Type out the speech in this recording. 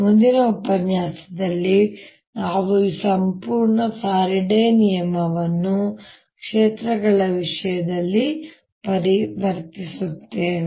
ಮುಂದಿನ ಉಪನ್ಯಾಸದಲ್ಲಿ ನಾವು ಈ ಸಂಪೂರ್ಣ ಫ್ಯಾರಡೆ ನಿಯಮವನ್ನು ಕ್ಷೇತ್ರಗಳ ವಿಷಯದಲ್ಲಿ ಪರಿವರ್ತಿಸುತ್ತೇವೆ